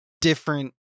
different